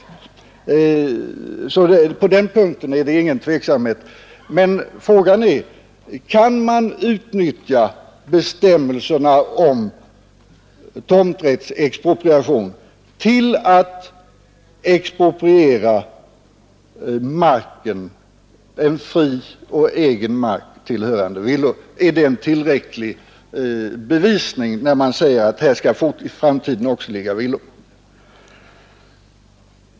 På den punkten finns det ingen tveksamhet, men frågan är: Kan man utnyttja bestämmelserna om tomträttsexpropriation till att expropriera en fri och egen mark tillhörande villor? Är det en tillräcklig bevisning när man säger att här skall i framtiden också ligga villor?